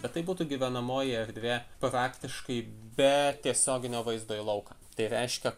bet tai būtų gyvenamoji erdvė praktiškai be tiesioginio vaizdo į lauką tai reiškia